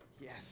Yes